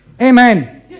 Amen